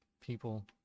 people